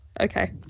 okay